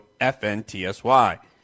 FNTSY